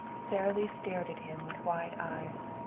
sara lee stared at him with wide eyes.